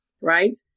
right